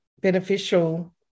beneficial